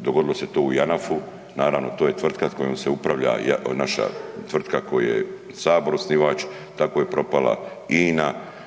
dogodilo se to u JANAF-u naravno to je tvrtka s kojom se upravlja, naša tvrtka koje je sabor osnivač, tako je propala INA,